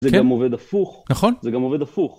‫זה גם עובד הפוך. ‫-נכון ‫-זה גם עובד הפוך.